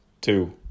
two